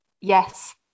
Yes